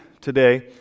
today